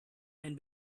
ein